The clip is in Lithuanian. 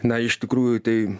na iš tikrųjų tai